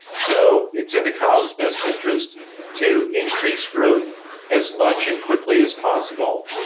so, it's in the cow's best interest to increase growth as much and quickly as possible,